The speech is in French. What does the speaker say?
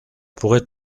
pourrait